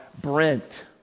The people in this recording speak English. Brent